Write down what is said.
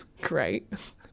Great